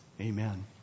Amen